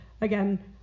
Again